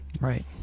Right